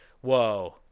whoa